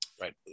Right